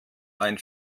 ein